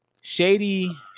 shady